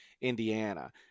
Indiana